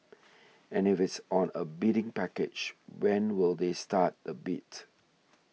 and if it's on a bidding package when will they start the bid